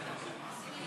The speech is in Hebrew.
מישהו אמר: "נגד".